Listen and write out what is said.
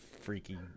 freaky